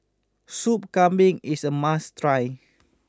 Sup Kambing is a must try